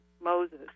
Moses